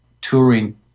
touring